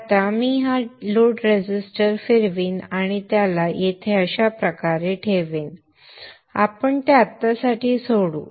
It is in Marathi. आता मी हा लोड रेझिस्टर फिरवीन आणि त्याला येथे अशा प्रकारे ठेवेन आपण ते आत्तासाठी सोडू